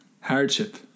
Hardship